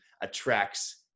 attracts